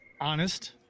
honest